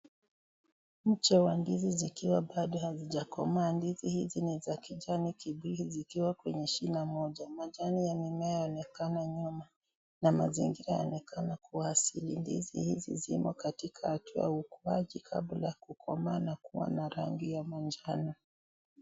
Mche wa ndizi zikiwa bado hazijakomaa. Ndizi hizi ni za kijani kibichi zikiwa kwenye shina moja. Majani ya mimea yaonekana nyuma na mazingira yanaonekana kuwa asili. Ndizi hizi zimo katika hatua ya ukuaji kabla ya kukomaa na kuwa na rangi ya manjano.